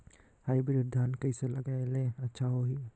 Hybrid धान कइसे लगाय ले अच्छा होही?